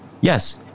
Yes